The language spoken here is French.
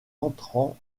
entrant